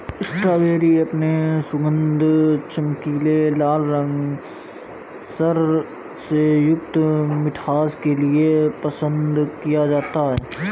strawberry अपने सुगंध, चमकीले लाल रंग, रस से युक्त मिठास के लिए पसंद किया जाता है